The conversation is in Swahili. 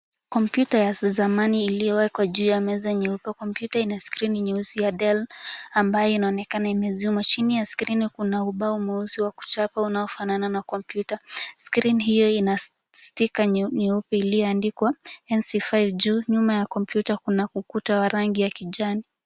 Kompyuta ya zamani iliyowekwa juu ya meza nyeupe ina skrini nyeusi ya Dell, ambayo inaonekana imezimwa. Chini ya skrini kuna ubao mweusi wa kuchapa unaofanana na kompyuta, na skrini hiyo ina stika nyeupe iliyoandikwa Hense. Nyuma ya kompyuta kuna ukuta wa rangi ya kijani.